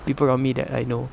people around me that I know